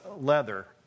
leather